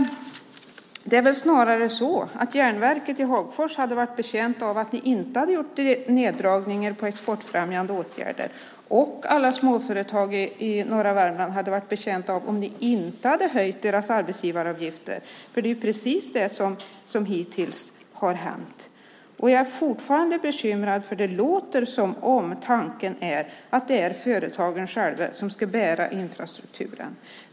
Det är snarare så att järnverket i Hagfors hade varit betjänt av att ni inte gjort neddragningar av exportfrämjande åtgärder. Alla småföretag i Värmland hade varit betjänta av att ni inte höjt deras arbetsgivaravgifter. Det är precis det som hittills har hänt. Jag är fortfarande bekymrad. Det låter som om tanken är att det är företagen själva som ska bära infrastrukturen.